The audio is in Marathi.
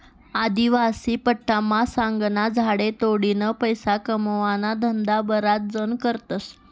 आदिवासी पट्टामा सागना झाडे तोडीन पैसा कमावाना धंदा बराच जण करतस